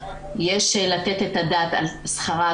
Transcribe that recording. יש לתת את הדעת על שכרה,